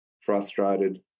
frustrated